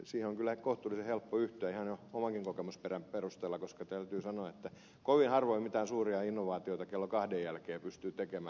siihen on kyllä kohtuullisen helppo yhtyä ihan jo omankin kokemuksen perusteella koska täytyy sanoa että kovin harvoin mitään suuria innovaatioita kello kahden jälkeen pystyy tekemään